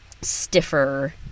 stiffer